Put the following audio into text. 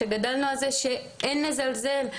שגדלנו על זה שאין לזלזל,